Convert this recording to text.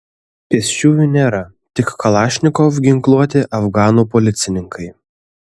pėsčiųjų nėra tik kalašnikov ginkluoti afganų policininkai